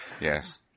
Yes